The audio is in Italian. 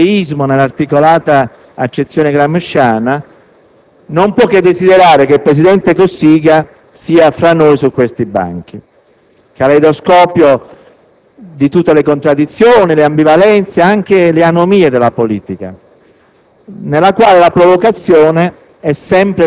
chi detesta l'antipolitica, il populismo, il plebeismo, nell'articolata accezione gramsciana, non può che desiderare che il presidente Cossiga sia fra noi su questi banchi, caleidoscopio di tutte le contraddizioni, le ambivalenze e anche le anomie della politica,